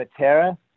Matera